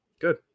good